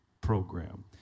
program